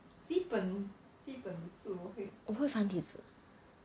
我会繁体字